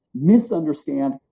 misunderstand